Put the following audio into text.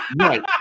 Right